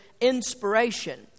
inspiration